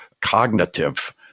cognitive